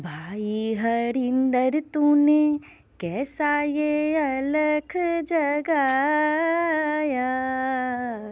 भाइ हरिन्दर तूने कैसा ये अलख जगाया